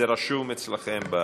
זה רשום אצלכם.